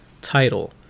title